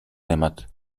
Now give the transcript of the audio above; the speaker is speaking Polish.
temat